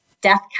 death